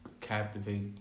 captivate